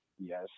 Yes